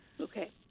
Okay